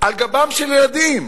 על גבם של ילדים,